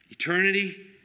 Eternity